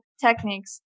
techniques